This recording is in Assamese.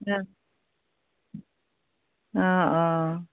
ওম অ অ